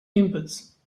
inputs